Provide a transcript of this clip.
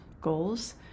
goals